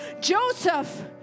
Joseph